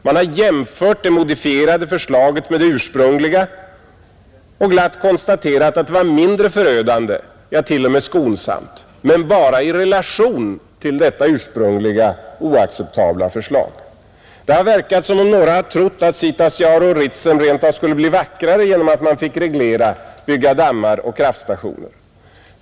Man har jämfört det modifierade förslaget med det ursprungliga och glatt konstaterat att det modifierade var mindre förödande, ja, t.o.m., skonsamt, men bara i relation till detta ursprungliga oacceptabla förslag. Det verkar som om några har trott att Sitasjaure och Ritsem rent av skulle bli vackrare genom att man fick reglera, bygga dammar och kraftstationer.